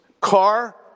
car